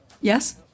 Yes